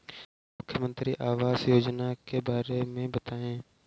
मुख्यमंत्री आवास योजना के बारे में बताए?